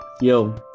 Yo